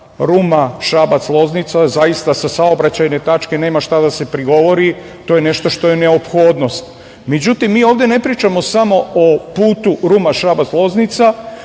Ruma-Šabac-Loznica, zaista sa saobraćajne tačke nema šta da se prigovori, to je nešto što je neophdonost.Međutim, mi ovde ne pričamo samo o putu Ruma-Šabac-Loznica,